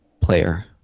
player